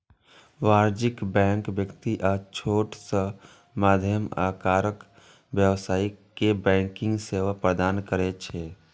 वाणिज्यिक बैंक व्यक्ति आ छोट सं मध्यम आकारक व्यवसायी कें बैंकिंग सेवा प्रदान करै छै